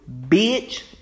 Bitch